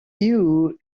you